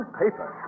paper